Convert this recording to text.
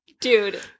Dude